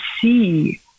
see